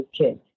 kids